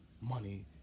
money